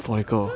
!huh!